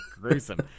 gruesome